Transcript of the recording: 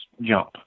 jump